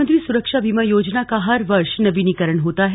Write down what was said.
प्रधानमंत्री सुरक्षा बीमा योजना का हर वर्ष नवीनीकरण होता है